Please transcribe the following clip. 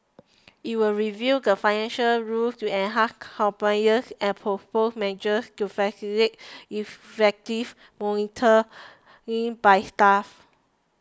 it will review the financial rules to enhance compliance and propose measures to facilitate effective monitoring by staff